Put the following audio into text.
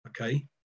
Okay